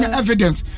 evidence